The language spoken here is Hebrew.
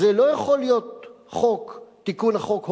אז זה לא יכול להיות תיקון חוק,